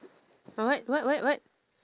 ah what what what what